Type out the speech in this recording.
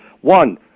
One